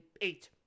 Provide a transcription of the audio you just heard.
eight